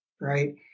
right